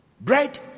Bread